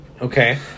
Okay